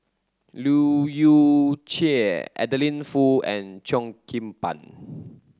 Leu Yew Chye Adeline Foo and Cheo Kim Ban